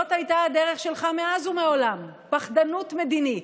זאת הייתה הדרך שלך מאז ומעולם: פחדנות מדינית.